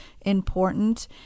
important